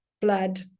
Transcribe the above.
blood